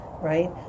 right